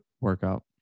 workout